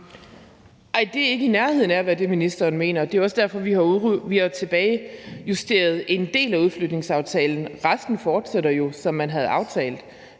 Nej, det er ikke i nærheden af at være det, ministeren mener. Det er også derfor, vi har tilbagejusteret en del af udflytningsaftalen. Resten fortsætter jo, som man havde aftalt,